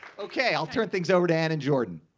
ok, i'll turn things over to anne and jordan.